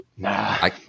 Nah